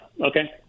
okay